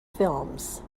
films